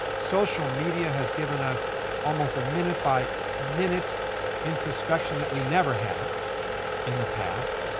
social media has given us almost a minute by minute introspection that we never had in the past.